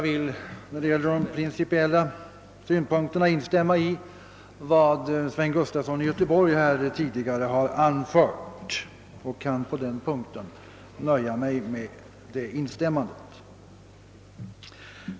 Vad beträffar de principiella synpunkterna kan jag också instämma i vad herr Gustafson i Göteborg tidigare anförde. Jag nöjer mig på den punkten med det instämmandet.